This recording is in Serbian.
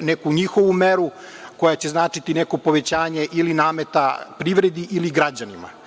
neku njihovu meru koja će značiti neko povećanje ili nameta privredi ili građanima.